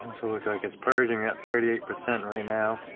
so look like it's purging at thirty eight percent right now